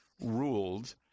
ruled